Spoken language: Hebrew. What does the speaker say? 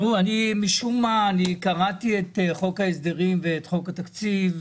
משום מה אני קראתי את חוק ההסדרים ואת חוק התקציב,